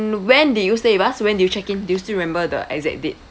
when did you stay with us when did you check in do you still remember the exact date